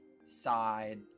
side